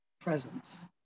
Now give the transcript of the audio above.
presence